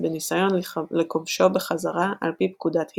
- בניסיון לכבשו בחזרה על פי פקודת היטלר,